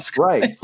Right